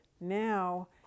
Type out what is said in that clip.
Now